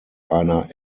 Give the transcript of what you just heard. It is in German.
einer